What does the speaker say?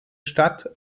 stadt